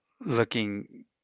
looking